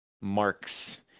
marks